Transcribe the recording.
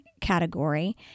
category